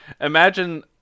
Imagine